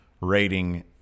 rating